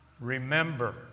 remember